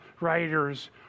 writers